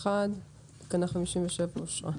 הצבעה אושרה.